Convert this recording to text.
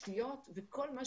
בכיתה וכולי,